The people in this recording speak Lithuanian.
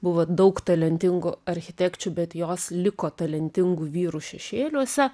buvo daug talentingų architekčių bet jos liko talentingų vyrų šešėliuose